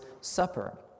Supper